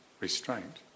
restraint